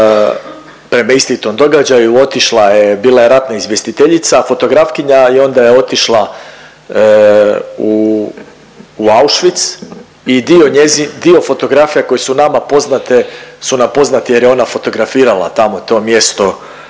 prema istinitom događaju, otišla je bila je ratna izvjestiteljica fotografkinja i onda je otišla u Auschwitz i dio fotografija koje su nama poznate su nam poznate jer je ona fotografirala tamo to mjesto